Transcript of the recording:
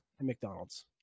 McDonald's